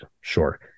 Sure